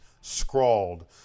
scrawled